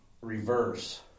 reverse